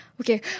okay